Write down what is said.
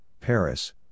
Paris